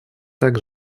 так